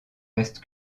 reste